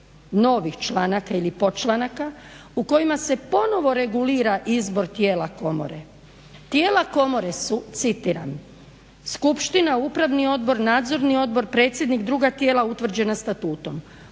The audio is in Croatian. novih članaka ili podčlanaka u kojima se ponovno regulira izbor tijela komore. Tijela komore su, citiram: "Skupština, upravni odbor, nadzorni odbor, predsjednik, druga tijela utvrđena statutom.